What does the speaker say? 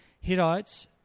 Hittites